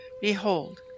Behold